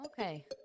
Okay